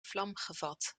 vlamgevat